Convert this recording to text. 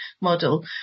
model